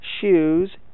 shoes